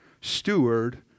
Steward